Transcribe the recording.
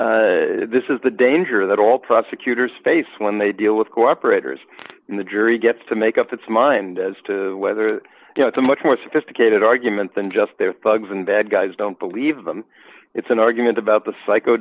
that this is the danger that all prosecutors face when they deal with cooperators when the jury gets to make up its mind as to whether you know it's a much more sophisticated argument than just they're thugs and bad guys don't believe them it's an argument about the psycho